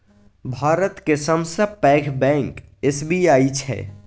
भातक सबसँ पैघ बैंक एस.बी.आई छै